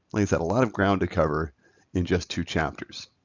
lays out a lot of ground to cover in just two chapters.